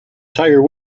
tiger